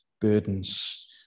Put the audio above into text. burdens